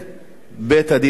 בית-הדין השרעי.